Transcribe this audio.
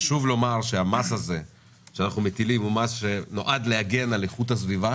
חשוב לומר שהמס שאנחנו מטילים נועד להגן על איכות הסביבה